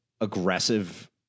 aggressive